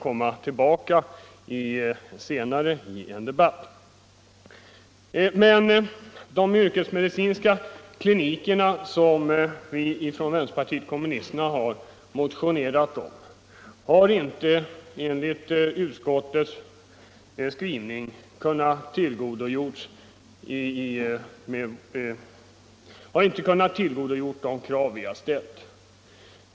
Jag vill emellertid framhålla att de krav som vi från vänsterpartiet kommunisterna framfört i en motion om de yrkesmedicinska klinikerna inte blivit tillgodosedda i utskottets skrivning.